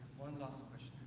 one last question.